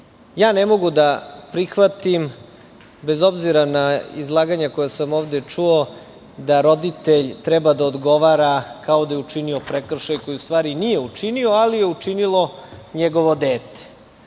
mogu da prihvatim, bez obzira na izlaganja koja sam ovde čuo, da roditelj treba da odgovara kao da je učinio prekršaj koji u stvari nije učinio, ali je učinilo njegovo dete.